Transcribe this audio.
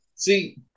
See